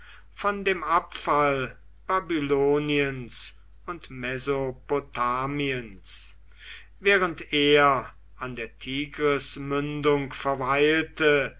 von dem abfall babyloniens und mesopotamiens während er an der tigrismündung verweilte